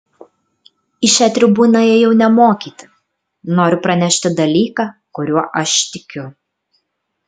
į šią tribūną ėjau ne mokyti noriu pranešti dalyką kuriuo aš tikiu